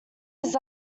his